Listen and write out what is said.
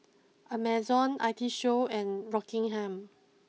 Amazon I T show and Rockingham